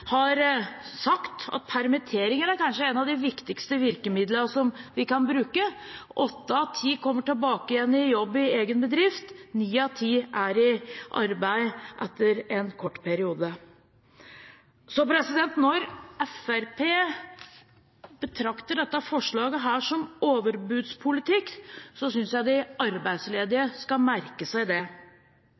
permitteringer er kanskje et av de viktigste virkemidlene som vi kan bruke. Åtte av ti kommer tilbake igjen i jobb i egen bedrift. Ni av ti er i arbeid etter en kort periode. Når Fremskrittspartiet betrakter dette forslaget som overbudspolitikk, synes jeg de arbeidsledige skal merke seg det.